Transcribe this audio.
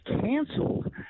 canceled